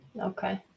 Okay